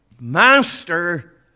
Master